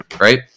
Right